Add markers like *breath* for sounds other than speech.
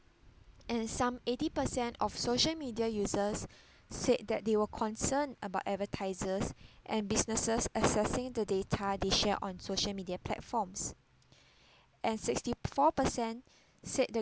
and some eighty percent of social media users *breath* said that they were concerned about advertisers and businesses accessing the data they share on social media platforms *breath* and sixty four percent said the